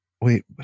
wait